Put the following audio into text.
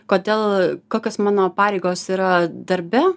kodėl kokios mano pareigos yra darbe